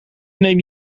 neem